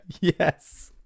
Yes